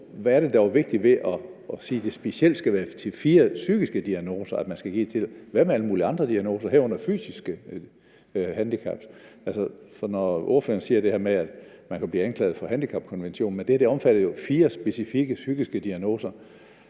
hvad er det, der er vigtigt ved at sige, at det specielt skulle være ved fire psykiske diagnoser, at man skulle give det tilskud? Hvad med alle mulige andre diagnoser, herunder fysiske handicap? For ordføreren siger, at man ville kunne blive anklaget under handicapkonventionen, men det her omfatter jo fire specifikke psykiske diagnoser.